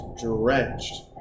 drenched